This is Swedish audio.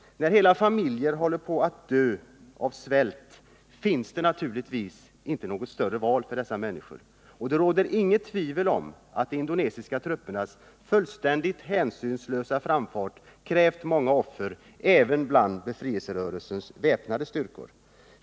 När hela familjer håller på att dö av svält finns det naturligtvis inget val för dessa människor. Och det råder inget tvivel om att de indonesiska truppernas fullständigt hänsynslösa framfart krävt många offer även bland befrielserörelsens väpnade styrkor.